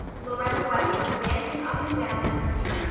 lauretta white was dancing up and down in her pew,